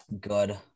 good